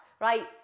right